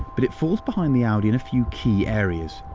but it falls behind the audi in a few key areas.